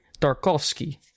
Tarkovsky